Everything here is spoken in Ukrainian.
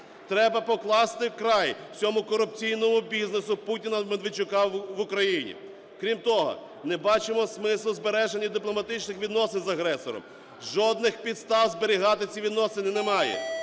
Треба покласти край цьому корупційному бізнесу Путіна, Медведчука в Україні. Крім того, не бачимо смислу у збереженні дипломатичних відносин з агресором. Жодних підстав зберігати ці відносини немає!